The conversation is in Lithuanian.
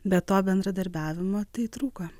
be to bendradarbiavimo tai trūko